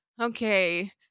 okay